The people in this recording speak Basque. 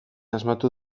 asmatu